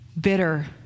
bitter